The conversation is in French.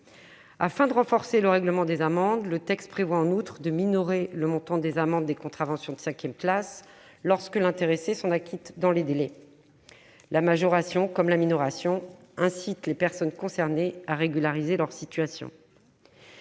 Afin d'améliorer le recouvrement des amendes, le texte prévoit en outre de minorer le montant des amendes des contraventions de cinquième classe lorsque l'intéressé s'en acquitte dans les délais. La majoration, comme la minoration, incite les personnes concernées à régulariser leur situation.